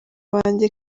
banjye